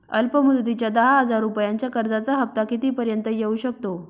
अल्प मुदतीच्या दहा हजार रुपयांच्या कर्जाचा हफ्ता किती पर्यंत येवू शकतो?